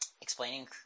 Explaining